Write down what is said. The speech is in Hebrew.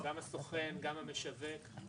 גם הסוכן וגם המשווק?